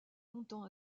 longtemps